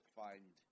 find